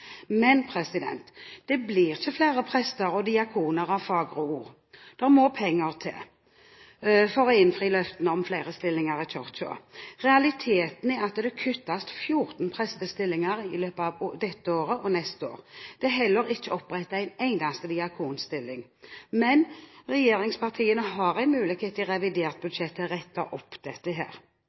Men det blir ikke flere prester og diakoner av fagre ord. Det må penger til for å innfri løftene om flere stillinger i Kirken. Realiteten er at det kuttes 14 prestestillinger i løpet av dette året og neste år. Det er heller ikke opprettet en eneste diakonstilling. Men regjeringspartiene har en mulighet til å rette opp dette